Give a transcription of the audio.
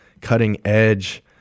cutting-edge